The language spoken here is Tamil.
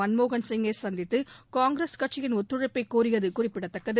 மன்மோகன் சிங்கை சந்தித்து காங்கிரஸ் கட்சியின் ஒத்துழைப்பை கோரியது குறிப்பிடத்தக்கது